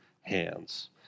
hands